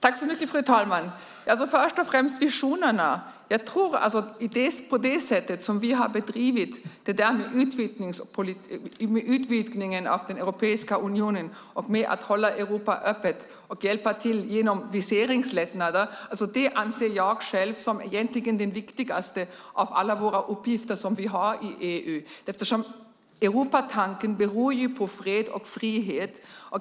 Fru talman! Först och främst visionerna, och det tror jag är det sätt som vi har bedrivit utvidgningen av Europeiska unionen på, med att hålla Europa öppet och hjälpa till genom viseringslättnader. Det anser jag själv egentligen vara den viktigaste av alla de uppgifter som vi har i EU, eftersom Europatanken bygger på fred och frihet.